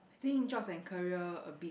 I think job and career a bit